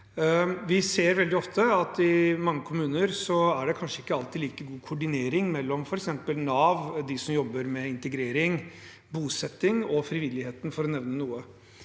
Vi ser veldig ofte at det i mange kommuner kanskje ikke alltid er like god koordinering mellom f.eks. Nav, de som jobber med integrering og bosetting og frivilligheten, for å nevne noe.